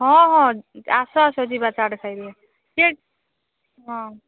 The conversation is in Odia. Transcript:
ହଁ ହଁ ଆସ ଆସ ଯିବା ଚାଟ୍ ଖାଇତେ ସିଏ ହଁ